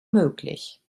möglich